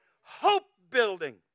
hope-building